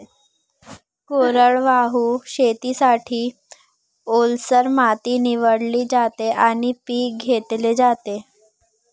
कोरडवाहू शेतीसाठी, ओलसर माती निवडली जाते आणि पीक घेतले जाते